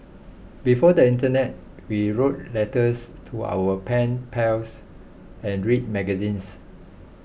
before the internet we wrote letters to our pen pals and read magazines